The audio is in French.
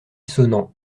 sonnant